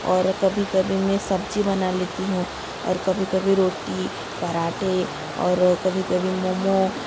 और कभी कभी मैं सब्ज़ी बना लेती हूँ और कभी कभी रोटी पराठे और कभी कभी मोमो